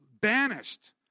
banished